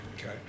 Okay